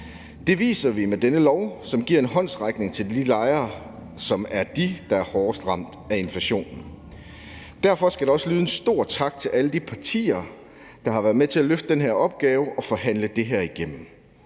Det viser vi med dette lovforslag, som giver en håndsrækning til de lejere, som er hårdest ramt af inflationen. Derfor skal der også lyde en stor tak til alle de partier, der har været med til at løfte den her opgave og forhandle det her igennem.